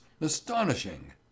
astonishing